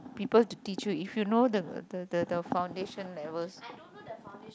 people to teach you if you know the the the the foundation levels